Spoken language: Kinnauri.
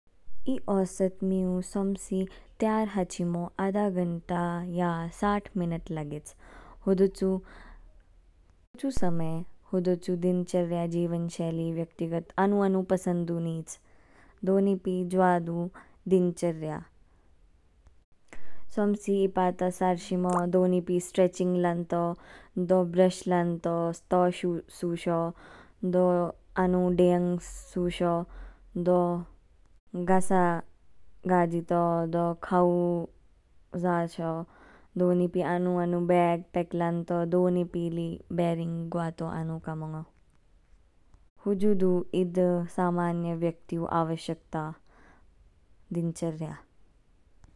ई ओसत मीयू सोमसी तैयार हाची मू आधा घंटा या साठ मिनट लागेच। होदूचू समय होदूचू दिनचर्या जीवनशैली व्यक्तिगत आनू आनू पसंदू नीच। दोनीपी जवा दू दिनचर्या। सोम्सी ईपा ता सर्शिमो, दोनीपि स्ट्रेटचिंग लाणो, धो ब्रश लाणतो, तौ शूसो, धो आनु डेयंग शूसो, दो घासा गाजीतो, धो खाऊ जाशो। धोनीपि आनु आनु बेग पेक लान्तो। धोनीपि ली बेरंग गवातो आनु कामंगो। हूजु धू इद सामान्य व्यक्तियू आवश्यकता दिनचर्यास।